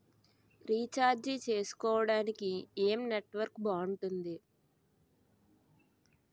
Recharge చేసుకోవటానికి ఏం network బాగుంది?